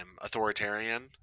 authoritarian